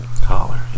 Collar